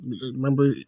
Remember